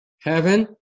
heaven